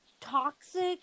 toxic